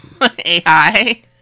AI